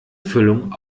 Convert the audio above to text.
füllung